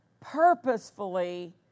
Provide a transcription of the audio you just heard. purposefully